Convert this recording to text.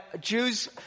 Jews